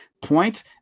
point